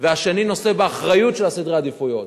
והשני נושא באחריות של סדרי העדיפויות.